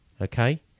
Okay